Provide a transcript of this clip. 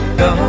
go